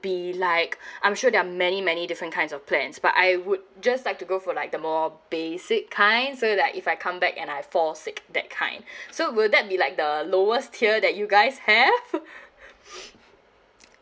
be like I'm sure there are many many different kinds of plans but I would just like to go for like the more basic kind so like if I come back and I fall sick that kind so would that be like the lowest tier that you guys have